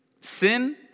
sin